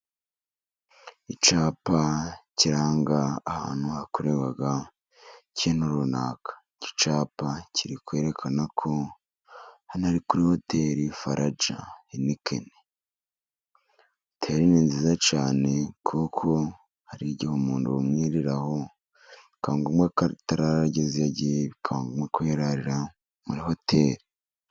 Icyapa kiranga ahantu hakorerwa ikintu runaka. Iki cyapa kiri kwerekana ko hano ari kuri hoteli Faraja henikeni. Hoteri ni nziza cyane kuko hari igihe umuntu bumwiriraho bikaba ngombwa ko atarara arageze iyo agiye, bikaba ngombwa kwirarira muri hoteli.